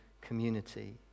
community